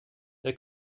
der